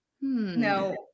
No